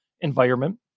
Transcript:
environment